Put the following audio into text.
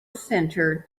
center